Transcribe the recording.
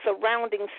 surrounding